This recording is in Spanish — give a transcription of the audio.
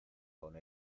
con